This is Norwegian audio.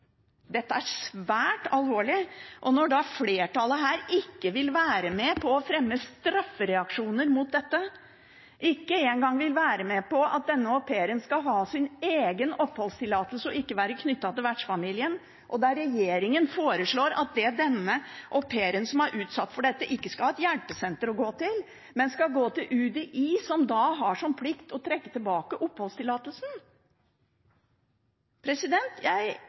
Flertallet her vil ikke være med på å fremme straffereaksjoner mot dette – vil ikke en gang være med på at au pairen skal ha sin egen oppholdstillatelse og ikke være knyttet til vertsfamilien – og regjeringen foreslår at au pairen som er utsatt for dette, ikke skal ha et hjelpesenter å gå til, men skal gå til UDI, som har som plikt å trekke tilbake oppholdstillatelsen. Jeg innrømmer at jeg er svært opprørt over dette, og jeg